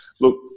Look